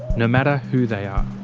no matter who they are.